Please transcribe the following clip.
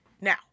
Now